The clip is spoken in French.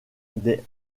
des